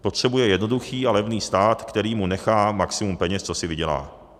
Potřebuje jednoduchý a levný stát, který mu nechá maximum peněz, co si vydělá.